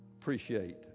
appreciate